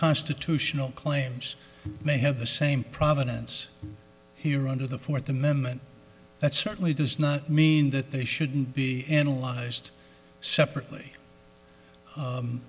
constitutional claims may have the same prominence here under the fourth amendment that certainly does not mean that they shouldn't be analyzed separately